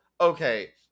okay